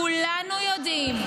כולנו יודעים,